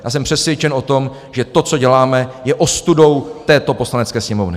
Já jsem přesvědčen o tom, že to, co děláme, je ostudou této Poslanecké sněmovny.